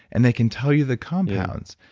and they can tell you the compounds,